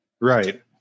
Right